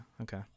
okay